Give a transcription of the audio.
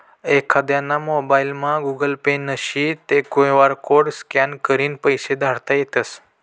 एखांदाना मोबाइलमा Google Pay नशी ते क्यु आर कोड स्कॅन करीन पैसा धाडता येतस